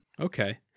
Okay